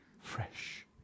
Fresh